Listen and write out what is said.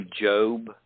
Job